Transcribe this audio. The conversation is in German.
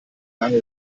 lang